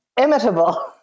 imitable